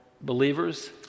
believers